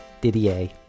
Didier